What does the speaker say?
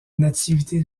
nativité